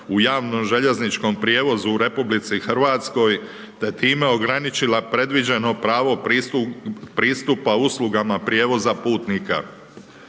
u javnu željezničkom prijevozu u RH, da je time ograničila predviđeno pravo pristupa uslugama prijevoza putnika.